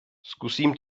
zkusím